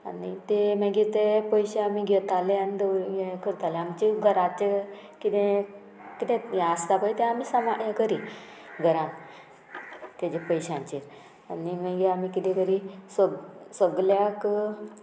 आनी ते मागीर ते पयशे आमी घेताले आनी हे करताले आमचे घराचे किदें किदें हें आसता पळय तें आमी सामाळ हें करी घरान तेजे पयशांचेर आनी मागीर आमी किदें करी सग सगल्याक